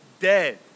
dead